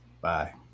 Bye